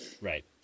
right